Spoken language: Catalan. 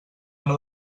una